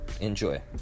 Enjoy